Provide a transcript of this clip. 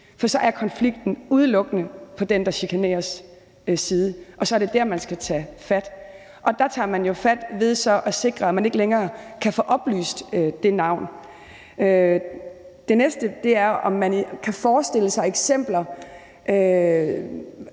for så er konflikten udelukkende i forhold til den, der chikaneres, og så er det der, man skal tage fat. Og der tages jo så fat ved at sikre, at man ikke længere kan få oplyst det navn. Det næste er, om man kan forestille sig eksempler